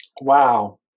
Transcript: Wow